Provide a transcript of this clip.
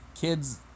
kids